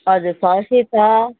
हजुर फर्सी छ